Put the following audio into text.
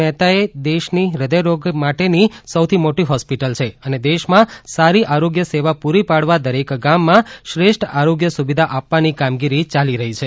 મહેતા એ દેશની હદયરોગ માટેની સૌથી મોટી હોસ્પિટલ છે અને દેશમાં સારી આરોગ્ય સેવા પુરી પાડવા દરેક ગામમાં શ્રેષ્ઠ આરોગ્ય સુવિધા આપવાની કામગીરી ચાલી રહી છે